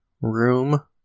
room